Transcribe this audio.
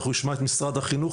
נשמע עכשיו את משרד החינוך,